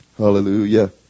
Hallelujah